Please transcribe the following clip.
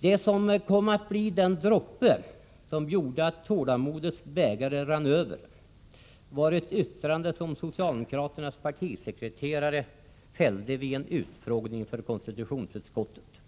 Det som kom att bli den droppe som gjorde att tålamodets bägare rann över var ett yttrande som socialdemokraternas partisekreterare fällde vid en utfrågning inför konstitutionsutskottet.